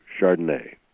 Chardonnay